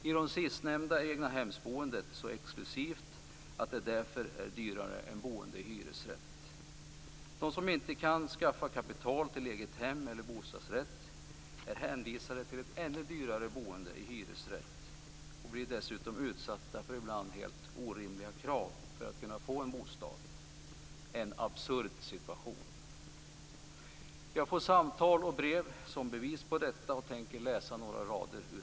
I de sistnämnda är egna-hemsboendet så exklusivt att det därför är dyrare än boendet i hyresrätt. De som inte kan skaffa kapital till eget hem eller bostadsrätt är hänvisade till ett ännu dyrare boende i hyresrätt och blir dessutom utsatta för ibland helt orimliga krav för att kunna få en bostad. Det är en absurd situation. Jag får samtal och brev som bevisar detta. Jag tänker läsa några rader ur ett brev.